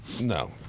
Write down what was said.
No